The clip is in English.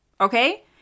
Okay